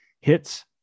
Hits